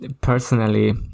personally